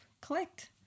clicked